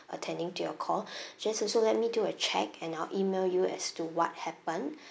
attending to your call just also let me do a check and I'll email you as to what happened